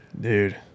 Dude